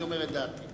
אני אומר את דעתי.